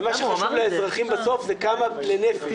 ומה שחשוב לאזרחים בסוף זה כמה לנפש.